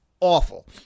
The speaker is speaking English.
Awful